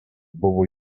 buvo